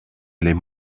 allait